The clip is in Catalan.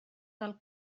del